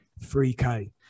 3K